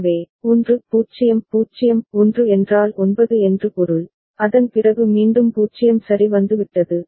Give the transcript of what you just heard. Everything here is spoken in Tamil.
எனவே 1 0 0 1 என்றால் 9 என்று பொருள் அதன் பிறகு மீண்டும் 0 சரி வந்துவிட்டது